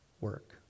work